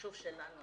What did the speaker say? המחשוב שלנו